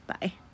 Bye